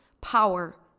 power